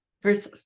first